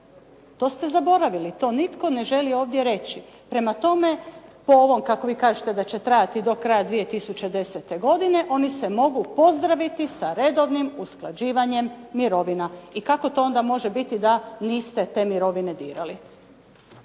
To ste zaboravili, to nitko ne želi ovdje reći. Prema tome, po ovom kako vi kažete da će trajati do kraja 2010. godine, oni se mogu pozdraviti sa redovnim usklađivanjem mirovima. I kako to onda može biti da niste te mirovine dirali?